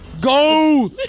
go